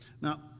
Now